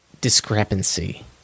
discrepancy